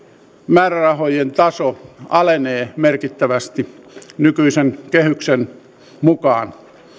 määrärahojen taso alenee merkittävästi nykyisen kehyksen mukaan